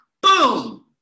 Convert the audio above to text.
Boom